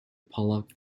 pollock